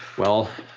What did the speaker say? well